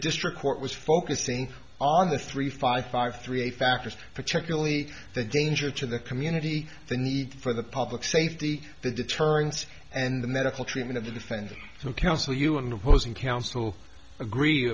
district court was focusing on the three five five three factors particularly the danger to the community the need for the public safety the deterrence and the medical treatment of the defendant to counsel you and hosing counsel agree